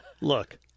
Look